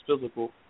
physical